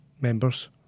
members